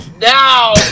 Now